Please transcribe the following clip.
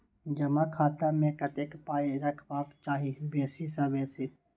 जमा खाता मे कतेक पाय रखबाक चाही बेसी सँ बेसी?